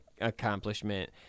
accomplishment